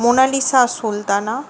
Mona Lisa Sultana